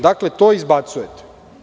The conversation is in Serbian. Dakle, to izbacujete.